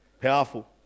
powerful